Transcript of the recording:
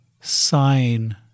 sign